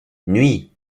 nuit